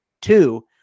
Two